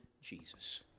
Jesus